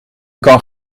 kan